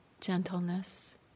gentleness